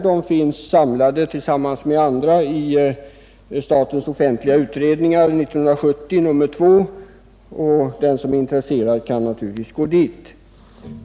De finns samlade tillsammans med andra i statens offentliga utredningar 1970:2, och den som är intresserad kan naturligtvis gå dit.